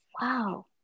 wow